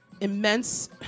immense